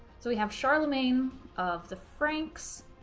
so we have charlemagne of the franks,